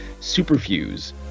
Superfuse